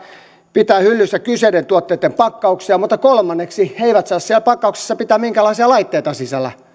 pitää hyllyssä kyseisten tuotteitten pakkauksia mutta kolmanneksi he eivät saa siellä pakkauksissa pitää minkäänlaisia laitteita sisällä